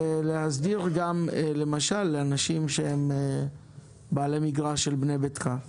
להסדיר גם למשל לאנשים שהם בעלי מגרש של בנה ביתך.